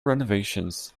renovations